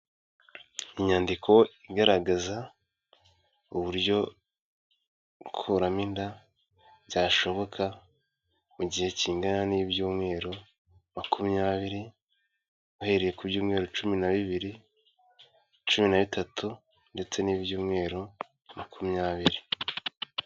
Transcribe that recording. Inyandiko igaragaza uburyo gukuramo inda byashoboka mu gihe kingana n'ibyumweru makumyabiri, uhereye ku byumweru cumi na bibiri, cumi na bitatu ndetse n'ibyumweru makumyabiri.